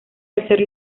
tercer